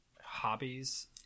hobbies